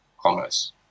commerce